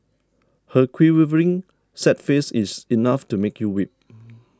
her quivering sad face is enough to make you weep